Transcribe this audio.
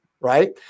right